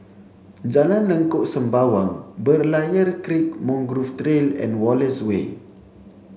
Jalan Lengkok Sembawang Berlayer Creek Mangrove Trail and Wallace Way